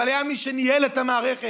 אבל היה מי שניהל את המערכת.